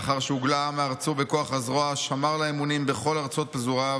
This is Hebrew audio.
לאחר שהוגלה העם מארצו בכוח הזרוע שמר לה אמונים בכל ארצות פזוריו,